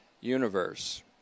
universe